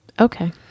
okay